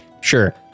Sure